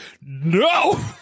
no